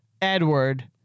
Edward